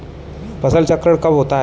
फसल चक्रण कब होता है?